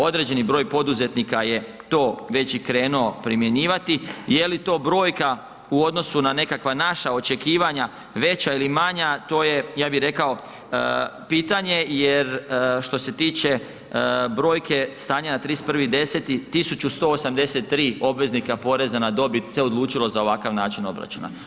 Određeni broj poduzetnika je to već i krenuo primjenjivati, je li to brojka u odnosu na nekakva naša očekivanja veća ili manja, to je ja bih rekao pitanje jer što se tiče brojke stanja na 31.10., 1.183 obveznika poreza na dobit se odlučilo za ovakav način obračuna.